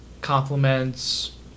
compliments